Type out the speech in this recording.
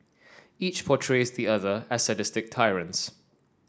each portrays the other as sadistic tyrants